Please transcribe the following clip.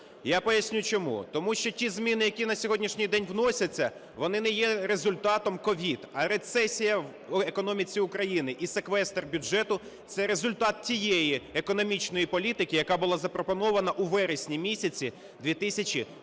Я поясню чому. Тому що ті зміни, які на сьогоднішній день вносяться, вони не є результатом COVID, а рецесія в економіці України і секвестр бюджету – це результат тієї економічної політики, яка була запропонована у вересні місяці 2019